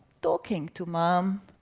talking to mom.